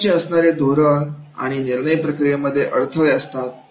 कंपनीचे असणारे धोरण आणि निर्णय प्रक्रियेमध्ये अडथळे असतात